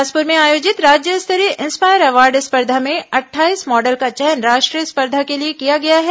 बिलासपुर में आयोजित राज्य स्तरीय इंस्पायर अवॉर्ड स्पर्धा में अट्ठाईस मॉडल का चयन राष्ट्रीय स्पर्धा के लिए किया गया है